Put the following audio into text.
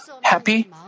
happy